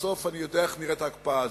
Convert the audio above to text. בסוף אני יודע איך נראית ההקפאה הזאת.